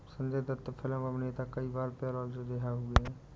Sanjay Dutt film अभिनेता कई बार पैरोल से रिहा हुए हैं